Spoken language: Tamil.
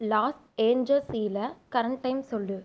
லாஸ் ஏஞ்சல்ஸில் கரண்ட் டைம் சொல்